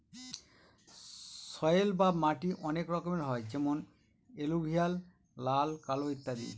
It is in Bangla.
সয়েল বা মাটি অনেক রকমের হয় যেমন এলুভিয়াল, লাল, কালো ইত্যাদি